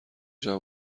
جمع